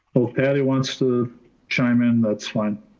oh, patti wants to chime in. that's fine.